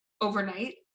overnight